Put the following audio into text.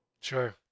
Sure